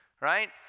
Right